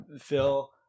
phil